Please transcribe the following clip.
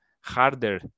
harder